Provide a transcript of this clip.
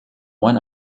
one